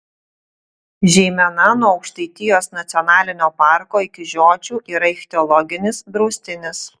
žeimena nuo aukštaitijos nacionalinio parko iki žiočių yra ichtiologinis draustinis